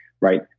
right